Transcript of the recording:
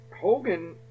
Hogan